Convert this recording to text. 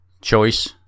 choice